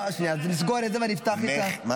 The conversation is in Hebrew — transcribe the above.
אז אני אסגור את זה ואני אפתח את --- השר,